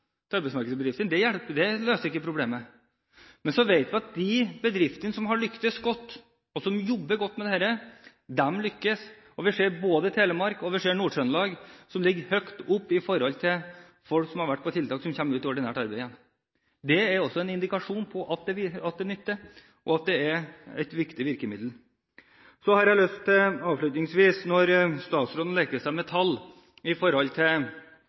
det løser ikke problemet. Men så vet vi at de bedriftene som har lyktes godt, er de som jobber godt med dette. Vi ser det både i Telemark og i Nord-Trøndelag, som ligger høyt oppe på statistikken når det gjelder folk som har vært på tiltak, og som har kommet ut i ordinært arbeid igjen. Det er også en indikasjon på at det nytter, og at det er et viktig virkemiddel. Avslutningsvis: Når statsråden leker seg med tall og sier at det har ikke blitt flere uføretrygdede i forhold til